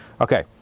Okay